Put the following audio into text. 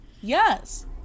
Yes